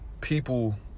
People